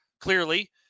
Clearly